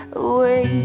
away